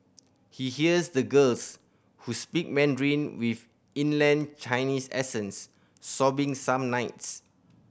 he hears the girls who speak Mandarin with inland Chinese accents sobbing some nights